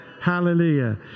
Hallelujah